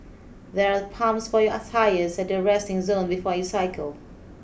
there are pumps for your tyres at the resting zone before you cycle